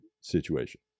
situation